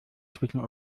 zwischen